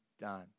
done